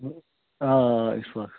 آ آ اشفاق